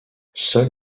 seul